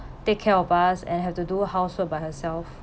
take care of us and have to do housework by herself